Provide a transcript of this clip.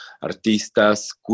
artistas